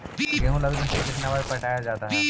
गेहूं लगने से कितना बार पटाया जाता है?